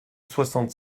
soixante